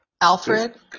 Alfred